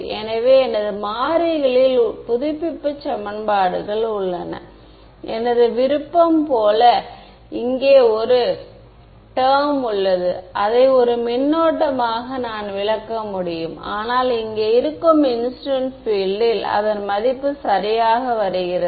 எனவே எனது மாறிகளில் புதுப்பிப்பு சமன்பாடுகள் உள்ளன எனது விருப்பம் போல இங்கே ஒரு டெர்ம் உள்ளது அதை ஒரு மின்னோட்டமாக நான் விளக்க முடியும் ஆனால் இங்கே இருக்கும் இன்சிடென்ட் பீல்ட் ல் அதன் மதிப்பு சரியாக வருகிறது